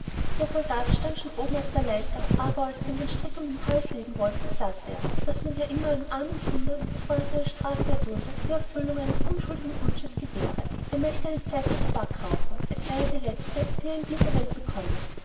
der soldat stand schon oben auf der leiter aber als sie ihm den strick um den hals legen wollten sagte er daß man ja immer einem armen sünder bevor er seine strafe erdulde die erfüllung eines unschuldigen wunsches gewähre er möchte eine pfeife tabak rauchen es sei ja die letzte pfeife die er in dieser welt bekomme